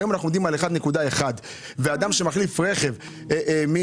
היום אנחנו עומדים על 1.1%. אדם שמחליף רכב מרכב